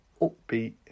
upbeat